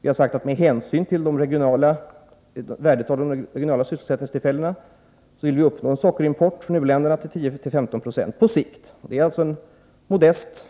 Vi har sagt att med hänsyn till värdet av de regionala sysselsättningstillfällena vill vi uppnå en sockerimport från u-länderna på 10-15 90 på sikt. Man kan alltså säga att det är en modest